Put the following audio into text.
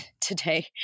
today